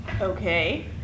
okay